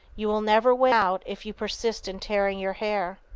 you will never win out if you persist in tearing your hair.